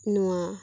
ᱱᱚᱣᱟ